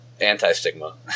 anti-stigma